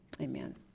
Amen